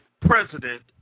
president